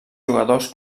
jugadors